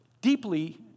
deeply